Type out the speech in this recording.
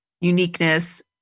uniqueness